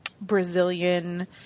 Brazilian